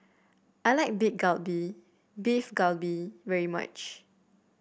I like Galbi Beef Galbi very much